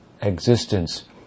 existence